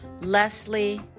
Leslie